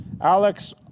Alex